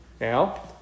Now